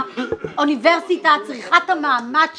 אוניברסיטה צריכה את המעמד שלה,